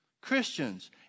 Christians